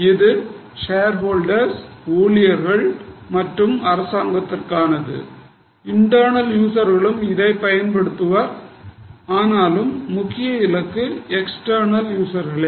இது shareholders ஊழியர்கள் மற்றும் அரசாங்கத்திற்கானது இன்டெர்னல் யூசர்களும் இதைப் பயன்படுத்துபவர் ஆனாலும் முக்கிய இலக்கு எக்ஸ்டெர்னல் யூசர்களே